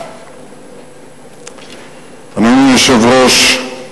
אדוני היושב-ראש,